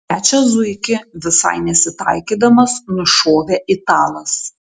trečią zuikį visai nesitaikydamas nušovė italas